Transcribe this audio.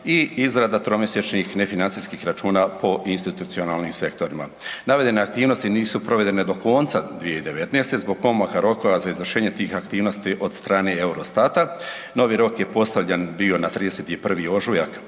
i izrada tromjesečnih nefinancijskih računa po institucionalnim sektorima. Navedene aktivnosti nisu provedene do konca 2019. zbog pomaka rokova za izvršenje tih aktivnosti od strane Eurostata. Novi rok je postavljen bio na 31. ožujak